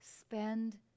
spend